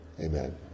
amen